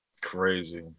Crazy